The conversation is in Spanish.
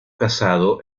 casado